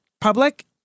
public